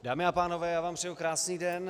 Dámy a pánové, já vám přeji krásný den.